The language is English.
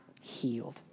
healed